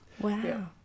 Wow